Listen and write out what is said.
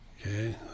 Okay